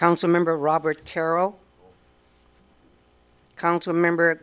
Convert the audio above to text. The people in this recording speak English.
council member robert carroll council member